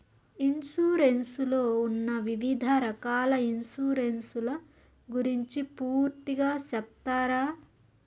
Insurance లో ఉన్న వివిధ రకాల ఇన్సూరెన్సు ల గురించి పూర్తిగా సెప్తారా?